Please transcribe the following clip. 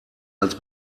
als